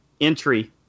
entry